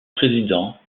président